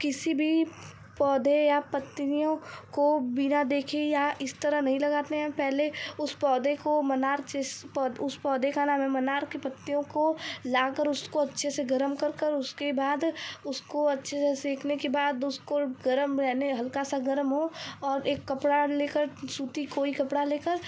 किसी भी पौधे या पत्तियों को बिना देखे या इस तरह नहीं लगातें हैं पहले उस पौधे को मनार चीस उस पौधे का नाम है मनार की पत्तियों को लाकर उसको अच्छे से गर्म कर कर उसके बाद उसको अच्छे से सेंकने के बाद उसको गर्म यानि हल्का सा गर्म हो और एक कपड़ा लेकर सूती कोई कपड़ा लेकर